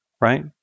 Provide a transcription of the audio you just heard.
right